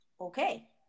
okay